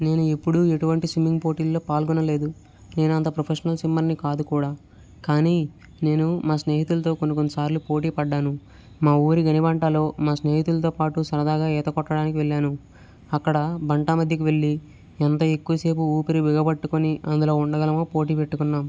నేను ఎప్పుడూ ఎటువంటి స్విమ్మింగ్ పోటీల్లో పాల్గొనలేదు నేను అంత ప్రొఫెషనల్ స్విమ్మర్ని కాదు కూడా కానీ నేను మా స్నేహితులతో కొన్ని కొన్నిసార్లు పోటీపడ్డాను మా ఊరి గనిబంటలో మా స్నేహితులతో పాటు సరదాగా ఈత కొట్టడానికి వెళ్ళాను అక్కడ బంట మధ్యకు వెళ్ళి ఎంత ఎక్కువసేపు ఊపిరి బిగ పట్టుకొని అందులో ఉండగలమో పోటీ పెట్టుకున్నాము